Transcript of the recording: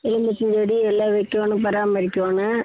எலுமிச்சஞ்செடி எல்லாம் வைக்கோணும் பராமரிக்கணும்